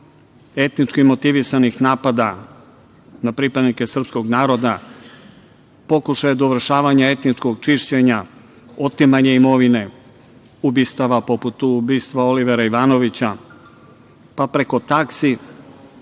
etnički motivisanih napada na pripadnike srpskog naroda, pokušaja dovršavanja etničkog čišćenja, otimanja imovine, ubistava poput ubistva Olivera Ivanovića, pa preko taksi,